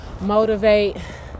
motivate